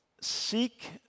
seek